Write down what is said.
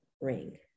ring